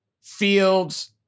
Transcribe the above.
Fields